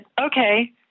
okay